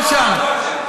לא שם.